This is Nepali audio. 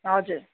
हजुर